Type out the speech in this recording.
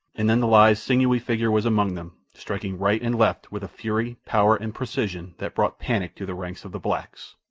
and then the lithe, sinewy figure was among them, striking right and left with a fury, power, and precision that brought panic to the ranks of the blacks.